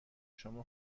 شما